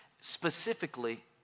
specifically